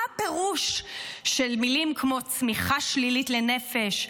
מה הפירוש של מילים כמו "צמיחה שלילית לנפש",